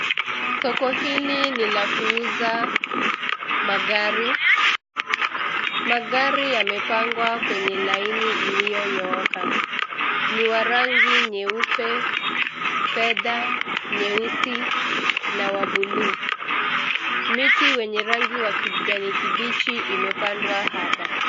Soko hili ni la kuuza magari. Magari yamepangwa kwenye laini iliyonyooka. Ni wa rangi nyeupe, fedha, nyeusi na wa buluu. Miti wenye rangi ya kijani kibichi imepandwa hapa.